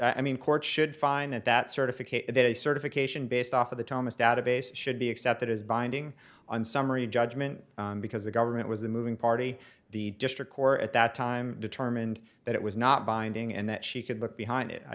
i mean court should find that that certification that a certification based off of the thomas database should be accepted as binding on summary judgment because the government was a moving party the district court at that time determined that it was not binding and that she could look behind it i